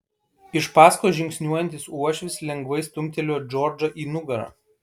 iš paskos žingsniuojantis uošvis lengvai stumtelėjo džordžą į nugarą